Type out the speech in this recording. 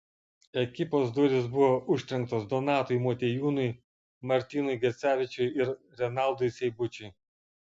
ekipos durys buvo užtrenktos donatui motiejūnui martynui gecevičiui ir renaldui seibučiui